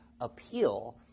appeal